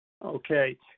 Okay